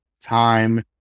time